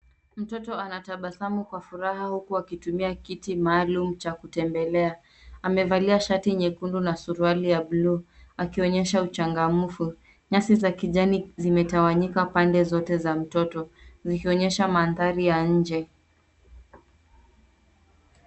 Mtoto anatabasamu kwa furaha huku akitumia kiti maalum cha kutembelea, amevalia shati nyekundu na suruali ya buluu akionyesha uchangamfu. Nyasi za kijani zimetawanyika pande zote za mtoto zikionyesha mandhari ya nje.